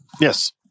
Yes